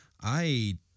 I